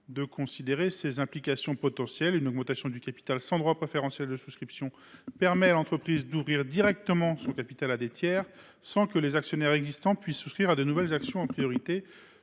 de considérer ses implications potentielles. Une augmentation du capital sans droit préférentiel de souscription permet ainsi à l’entreprise d’ouvrir directement son capital à des tiers, sans que les actionnaires existants puissent souscrire à de nouvelles actions en priorité.